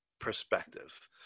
perspective